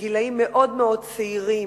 בגילים מאוד מאוד צעירים,